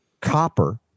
copper